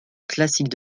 classique